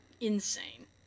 insane